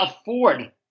afford